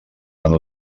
van